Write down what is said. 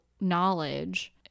knowledge